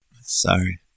Sorry